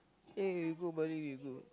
eh we go Bali we go